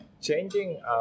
Changing